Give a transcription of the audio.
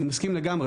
אני מסכים לגמרי,